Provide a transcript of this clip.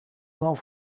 van